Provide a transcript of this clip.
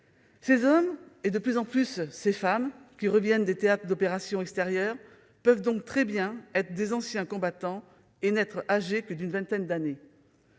Ces hommes et, de plus en plus, ces femmes qui reviennent des théâtres d'opérations extérieurs peuvent donc être des anciens combattants et n'être âgés que d'une vingtaine d'années.